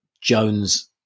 Jones